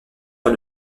par